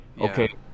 Okay